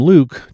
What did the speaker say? Luke